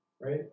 right